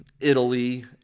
Italy